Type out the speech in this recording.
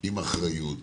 עם אחריות.